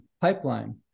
pipeline